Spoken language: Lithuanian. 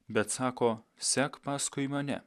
bet sako sek paskui mane